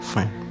Fine